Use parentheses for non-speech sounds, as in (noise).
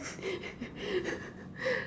(laughs)